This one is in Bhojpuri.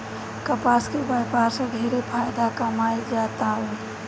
कपास के व्यापार से ढेरे फायदा कमाईल जातावे